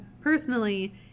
personally